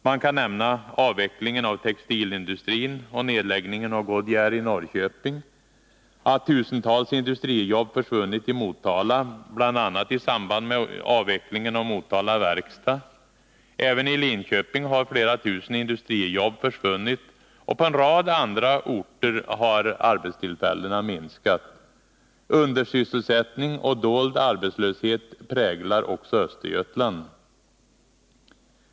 Man kan nämna avvecklingen av textilindustrin och nedläggningen av Goodyear i Norrköping och att tusentals industrijobb försvunnit i Motala, bl.a. i samband med avvecklingen av Motala Verkstad. Även i Linköping har flera tusen industrijobb försvunnit, och på en rad andra orter har antalet arbetstillfällen minskat. Undersysselsättning och dold arbetslöshet präglar också Östergötland.